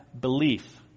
belief